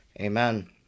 Amen